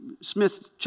Smith